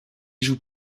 joue